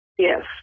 Yes